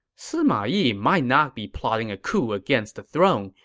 sima yi might not be plotting a coup against the throne.